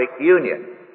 union